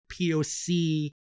POC